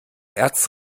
erz